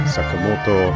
Sakamoto